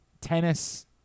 tennis